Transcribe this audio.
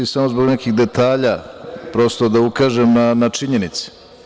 Samo zbog nekih detalja, prosto da ukažem na činjenice.